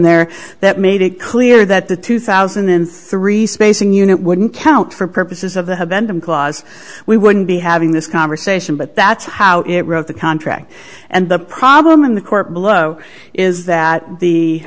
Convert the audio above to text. there that made it clear that the two thousand and three spacing unit wouldn't count for purposes of the husband and clause we wouldn't be having this conversation but that's how it wrote the contract and the problem in the court below is that the